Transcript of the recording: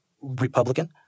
Republican